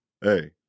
hey